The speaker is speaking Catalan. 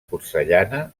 porcellana